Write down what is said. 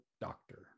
doctor